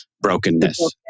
brokenness